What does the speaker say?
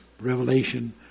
revelation